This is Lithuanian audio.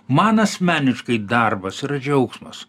man asmeniškai darbas yra džiaugsmas